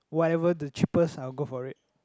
whatever the cheapest I will go for it